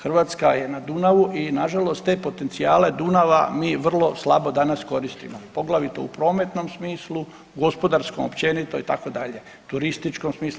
Hrvatska je na Dunavu i nažalost te potencijale Dunava mi vrlo slabo danas koristimo poglavito u prometnom smislu, gospodarskom općenito itd., turističkom smislu.